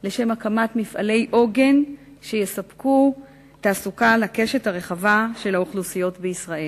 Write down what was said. לשם הקמת מפעלי עוגן שיספקו תעסוקה לקשת הרחבה של האוכלוסיות בישראל.